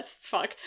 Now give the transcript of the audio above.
Fuck